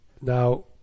Now